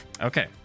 Okay